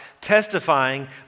testifying